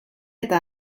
eta